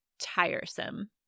tiresome